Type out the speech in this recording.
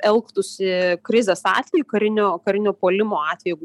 elgtųsi krizės atveju karinio karinio puolimo atveju